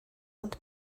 ond